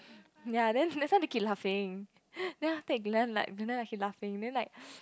ya then that's why keep laughing then after glendon like glendon like keep laughing then like